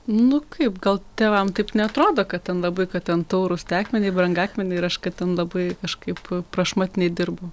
nu kaip gal tėvam taip neatrodo kad ten labai kad ten taurūs tie akmeny brangakmeniai ir aš kad ten labai kažkaip prašmatniai dirbu